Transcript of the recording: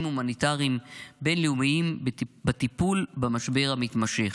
הומניטריים בין-לאומיים בטיפול במשבר המתמשך.